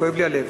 כואב לי הלב.